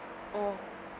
mm